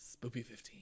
SPOOPY15